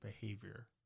behavior